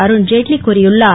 அருண்ஜேட்லி கூறியுள்ளார்